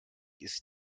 ist